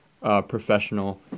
professional